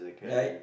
right